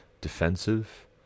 defensive